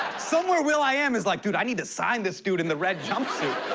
somewhere will i am is like, dude, i need to sign this dude in the red jumpsuit.